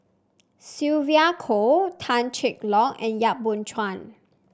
Sylvia Kho Tan Cheng Lock and Yap Boon Chuan